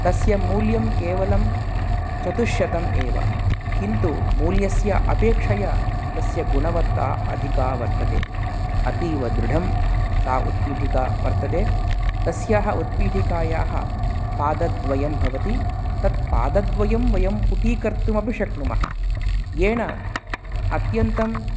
तस्य मूल्यं केवलं चतुश्शतम् एव किन्तु मूल्यस्य अपेक्षया तस्य गुणवत्ता अधिका वर्तते अतीवदृढं सा उत्पीटिका वर्तते तस्याः उत्पीटिकायाः पादद्वयं भवति तत्पादद्वयं वयं पुटीकर्तुमपि शक्नुमः येन अत्यन्तं